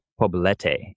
Poblete